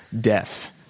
death